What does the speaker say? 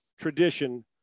tradition